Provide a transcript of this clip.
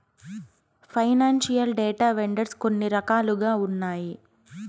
financial data vendors కొన్ని రకాలుగా ఉన్నాయి